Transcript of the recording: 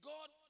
God